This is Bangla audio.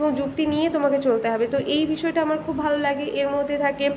এবং যুক্তি নিয়ে তোমাকে চলতে হবে তো এই বিষয়টা আমার খুব ভালো লাগে এর মধ্যে থাকে